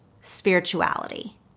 spirituality